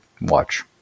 watch